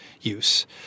use